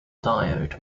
diode